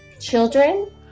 children